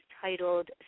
titled